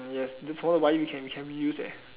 yes you forgot to buy we can we can reuse eh